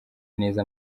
neza